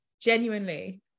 genuinely